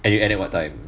and you end at what time